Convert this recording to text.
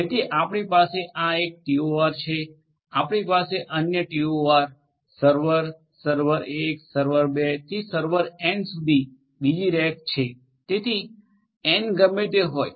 તેથી આપણી પાસે આ એક ટીઓઆર છે આપણી પાસે અન્ય ટીઓઆર સર્વર સર્વર 1 સર્વર 2 થી સર્વર એન સુધી બીજી રેક છે તેથી એન ગમે તે હોય